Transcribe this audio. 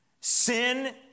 Sin